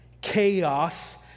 Chaos